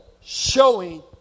showing